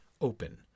open